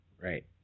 Right